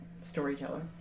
storyteller